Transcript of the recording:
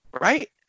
Right